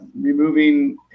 removing